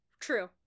True